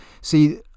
see